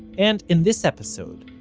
and in this episode,